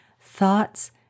thoughts